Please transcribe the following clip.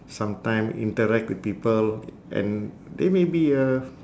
some time interact with people and they may be a